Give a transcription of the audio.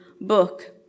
book